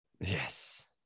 Yes